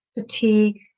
fatigue